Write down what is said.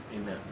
amen